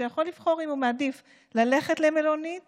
שיוכל לבחור אם הוא מעדיף ללכת למלונית